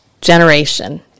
generation